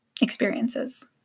experiences